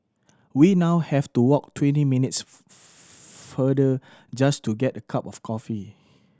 we now have to walk twenty minutes further just to get a cup of coffee